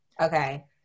Okay